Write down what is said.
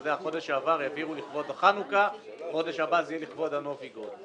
בחודש שעבר העבירו לכבוד החנוכה ובחודש הבא זה יהיה לכבוד הנובי גוד.